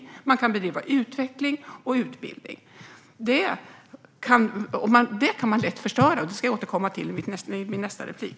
Och man kan bedriva utveckling och utbildning. Detta kan lätt förstöras. Jag ska återkomma till det i min nästa replik.